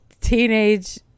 Teenage